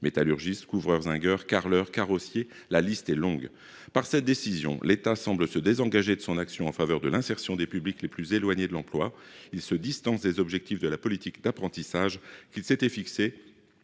Métallurgistes, couvreurs-zingueurs, carreleurs, carrossiers : la liste est longue ! Par cette décision, l’État semble se désengager de son action en faveur de l’insertion des publics les plus éloignés de l’emploi. Il s’éloigne des objectifs de la politique d’apprentissage qu’il s’était fixés,